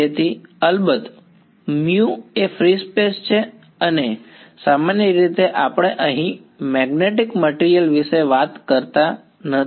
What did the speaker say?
તેથી અલબત્ત એ ફ્રી સ્પેસ છે અને સામાન્ય રીતે આપણે અહીં મેગ્નેટીક મટીરિયલ વિશે વાત કરતા નથી